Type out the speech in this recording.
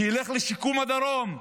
שילך לשיקום הדרום,